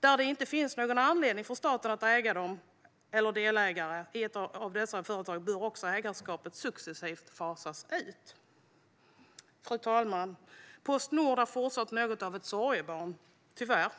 Där det inte finns någon anledning för staten att äga dem eller vara delägare i dessa företag bör också ägarskapet successivt fasas ut. Fru talman! Postnord är fortfarande något av ett sorgebarn - tyvärr.